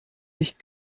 nicht